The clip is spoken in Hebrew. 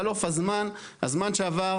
חלוף הזמן שעבר,